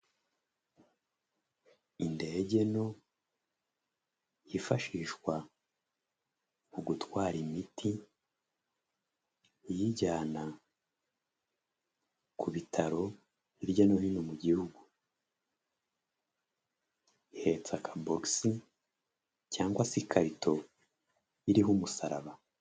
Indege nto yifashishwa mu gutwara imiti iyijyana ku bitaro hirya no hino mu gihugu. Ihetse akabogisi cyangwa se ikarito iriho umusaraba.